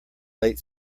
late